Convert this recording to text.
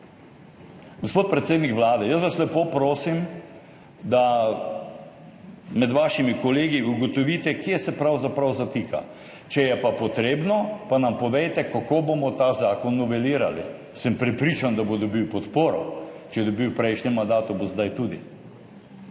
Gospod predsednik Vlade, jaz vas lepo prosim, da med svojimi kolegi ugotovite, kje se pravzaprav zatika. Če je pa potrebno, nam povejte, kako bomo ta zakon novelirali. Sem prepričan, da bo dobil podporo. Če jo je dobil v prejšnjem mandatu, bo zdaj tudi.